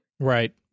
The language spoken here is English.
Right